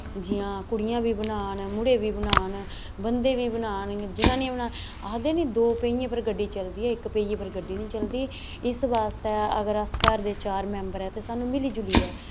जि'यां कुड़ियां बी बनान मुड़े बी बनान बंदे बी बनान जनानियां बी बनान आखदे निं दो पेहियें पर गड्डी चलदी ऐ इक पेहिये पर गड्डी निं चलदी इस आस्तै अगर अस घर दे चार मैम्बर आं ते सानूं मिली जुलियै